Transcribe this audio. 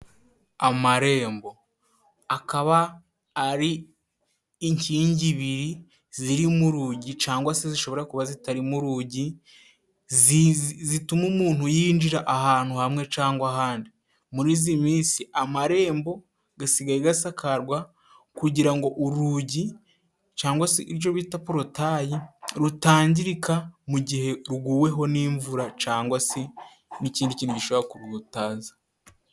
Amarembo akaba ari inkingi ibiri ziri mu rugi cangwa se zishobora kuba zitarimo urugi，zituma umuntu yinjira ahantu hamwe cangwa ahandi，muri izi minsi amarembo gasigaye gasakarwa kugira ngo urugi cangwa se ibyo bita porotayi，rutangirika mu gihe ruguweho n'imvura， cangwa se n'ikindi kintu gishobora kuruhutaza.